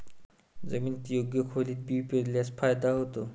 जमिनीत योग्य खोलीत बी पेरल्यास फायदा होतो